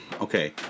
okay